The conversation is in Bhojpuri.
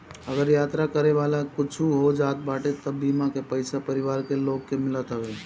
अगर यात्रा करे वाला के कुछु हो जात बाटे तअ बीमा के पईसा परिवार के लोग के मिलत हवे